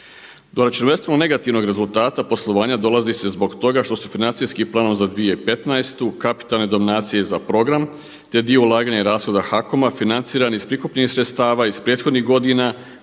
ne razumije./… negativnog rezultata poslovanja dolazi se zbog toga što se financijskim planom za 2015. kapitalne dominacije za program, te dio ulaganja i rashoda HAKOM-a financiran iz prikupljenih sredstava iz prethodnih godina